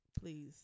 please